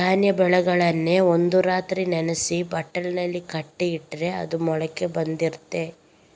ಧಾನ್ಯ ಬೇಳೆಕಾಳುಗಳನ್ನ ಒಂದು ರಾತ್ರಿ ನೆನೆಸಿ ಬಟ್ಟೆನಲ್ಲಿ ಕಟ್ಟಿ ಇಟ್ರೆ ಅದು ಮೊಳಕೆ ಬರ್ತದೆ